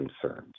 concerns